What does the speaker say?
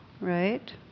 right